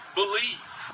believe